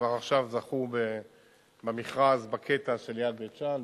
כבר עכשיו זכו במכרז בקטע שליד בית-שאן,